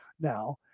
now